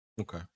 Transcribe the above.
okay